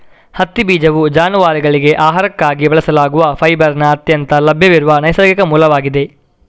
ಹತ್ತಿ ಬೀಜವು ಜಾನುವಾರುಗಳಿಗೆ ಆಹಾರಕ್ಕಾಗಿ ಬಳಸಲಾಗುವ ಫೈಬರಿನ ಅತ್ಯಂತ ಲಭ್ಯವಿರುವ ನೈಸರ್ಗಿಕ ಮೂಲವಾಗಿದೆ